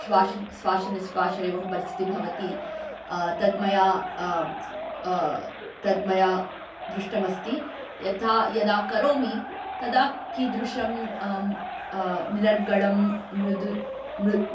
श्वासः श्वासनिःश्वासयोः परिस्थितिः भवति तद्मया तद्मया दृष्टमस्ति यथा यदा करोमि तदा कीदृशं निरर्गलं मृदु मृ